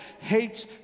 hates